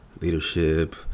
leadership